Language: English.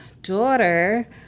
daughter